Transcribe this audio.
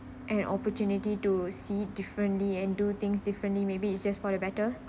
an opportunity to see differently and do things differently maybe it's just for the better